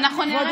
ואנחנו נראה,